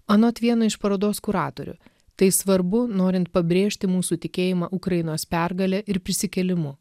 anot vieno iš parodos kuratorių tai svarbu norint pabrėžti mūsų tikėjimą ukrainos pergale ir prisikėlimu